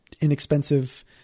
inexpensive